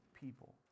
people